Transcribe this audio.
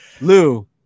Lou